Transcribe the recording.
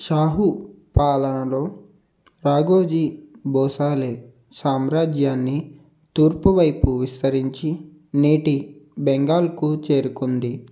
షాహూ పాలనలో రాఘోజీ భోసలే సామ్రాజ్యాన్ని తూర్పువైపు విస్తరించి నేటి బెంగాల్కు చేరుకుంది